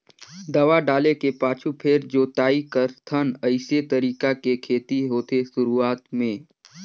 दवा डाले के पाछू फेर जोताई करथन अइसे तरीका के खेती होथे शुरूआत में